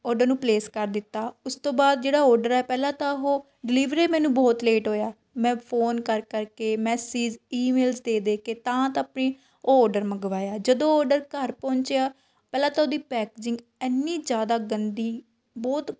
order ਨੂੰ place ਕਰ ਦਿੱਤਾ ਉਸ ਤੋਂ ਬਾਅਦ ਜਿਹੜਾ ਔਡਰ ਹੈ ਪਹਿਲਾਂ ਤਾਂ ਉਹ ਡਿਲੀਵਰ ਏ ਮੈਨੂੰ ਬਹੁਤ ਲੇਟ ਹੋਇਆ ਮੈਂ ਫ਼ੋਨ ਕਰ ਕਰਕੇ ਮੈਸਿਜ ਈ ਮੇਲਜ਼ ਦੇਖ ਦੇਖ ਕੇ ਤਾਂ ਤਾਂ ਆਪਣੀ ਉਹ ਔਡਰ ਮੰਗਵਾਇਆ ਜਦੋਂ ਔਡਰ ਘਰ ਪਹੁੰਚਿਆ ਪਹਿਲਾਂ ਤਾਂ ਉਹਦੀ ਪੈਕਜਿੰਗ ਇੰਨੀ ਜ਼ਿਆਦਾ ਗੰਦੀ ਬਹੁਤ